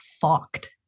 fucked